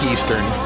Eastern